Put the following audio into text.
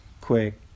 quick